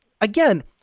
again